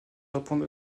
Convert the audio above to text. répondre